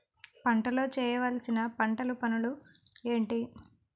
పంటలో చేయవలసిన పంటలు పనులు ఏంటి?